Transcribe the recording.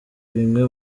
bimwe